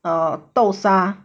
err 豆沙